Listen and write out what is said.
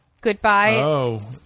Goodbye